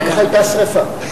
אחר כך היתה שרפה,